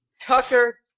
Tucker